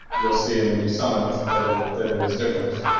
you'll see in the new summit that ah that is different.